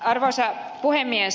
arvoisa puhemies